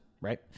right